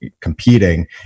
competing